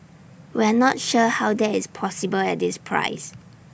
we're not sure how that is possible at this price